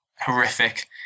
horrific